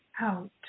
out